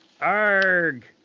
arg